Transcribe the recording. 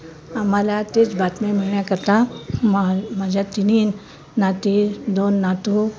आम्हाला तेच बातम्या मिळण्या करता मा माझ्या तिन्ही नाती दोन नातू